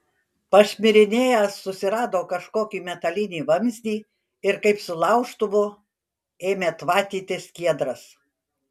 pašmirinėjęs susirado kažkokį metalinį vamzdį ir kaip su laužtuvu ėmė tvatyti skiedras